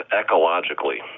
ecologically